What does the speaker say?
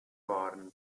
waren